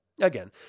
Again